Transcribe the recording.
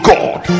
God